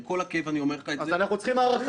עם כל הכאב אני אומר לך את זה --- אז אנחנו צריכים הארכה,